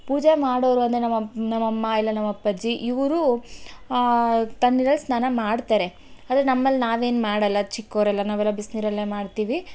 ಪೂಜೆ ಮಾಡೋವ್ರು ಅಂದರೆ ನಮ್ಮ ಅ ನಮ್ಮ ಅಮ್ಮಇಲ್ಲ ನಮ್ಮ ಅಪ್ಪಾಜಿ ಇವರು ತಣ್ಣೀರಲ್ಲಿ ಸ್ನಾನ ಮಾಡ್ತಾರೆ ಆದರೆ ನಮ್ಮಲ್ಲಿ ನಾವೇನು ಮಾಡಲ್ಲ ಚಿಕ್ಕೋರೆಲ್ಲ ನಾವೆಲ್ಲ ಬಿಸಿ ನೀರಲ್ಲೇ ಮಾಡ್ತೀವಿ